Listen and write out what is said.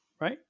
right